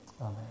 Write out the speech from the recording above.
Amen